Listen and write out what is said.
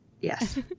Yes